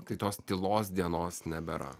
kai tos tylos dienos nebėra